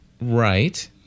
Right